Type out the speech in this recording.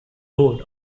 road